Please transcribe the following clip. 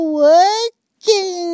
working